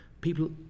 people